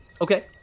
Okay